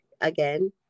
again